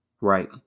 right